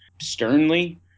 sternly